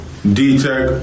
D-Tech